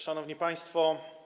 Szanowni Państwo!